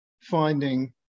finding